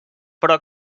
però